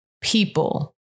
people